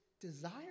desire